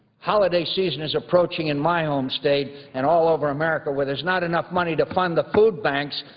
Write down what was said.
holiday season is approaching in my home state, and all over america, where there's not enough money to fund the food banks,